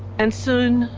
and soon,